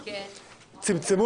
אותן חובות שקיפות,